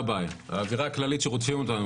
האווירה הכללית היא שרודפים אותנו,